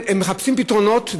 הם מחפשים פתרונות,